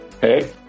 Hey